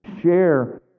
share